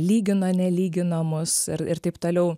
lygino nelygino mus ir ir taip toliau